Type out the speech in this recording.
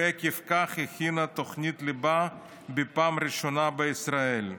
ועקב כך הכינה תוכנית ליבה בפעם הראשונה בישראל.